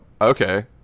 okay